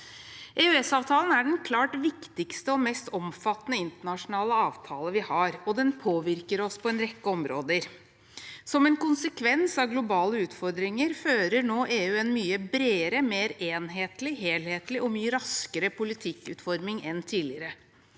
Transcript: EØS-avtalen er den klart viktigste og mest omfattende internasjonale avtalen vi har, og den påvirker oss på en rekke områder. Som en konsekvens av globale utfordringer fører nå EU en mye bredere, mer enhetlig, helhetlig og mye raskere politikkutforming enn tidligere.